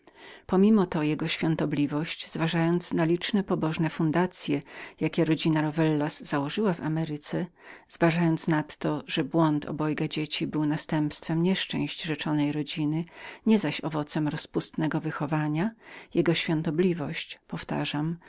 pomimo to jego świątobliwość zważając na liczne pobożne fundacye jakie rodzina rovellas zaprowadziła w ameryce zważając nadto że błąd obojga dzieci był skutkiem nieszczęść rzeczonej rodziny nie zaś owocem rozpustnego wychowania jego świątobliwość powtarzam